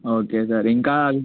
okay sir ఇంకా